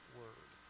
word